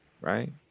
right